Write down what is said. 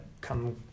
come